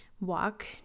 walk